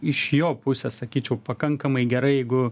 iš jo pusės sakyčiau pakankamai gerai jeigu